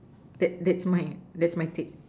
that that that's my take